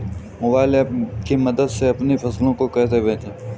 Mobile app की मदद से अपनी फसलों को कैसे बेचें?